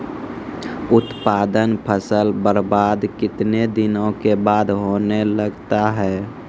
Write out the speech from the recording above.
उत्पादन फसल बबार्द कितने दिनों के बाद होने लगता हैं?